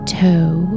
toe